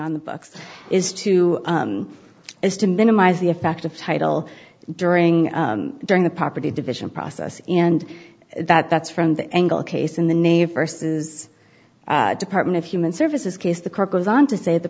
on the books is to is to minimize the effect of title during during the property division process and that that's from the engle case in the navy verses department of human services case the court goes on to say the